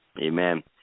Amen